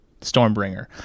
Stormbringer